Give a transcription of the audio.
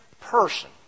person